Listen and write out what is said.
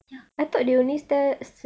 ya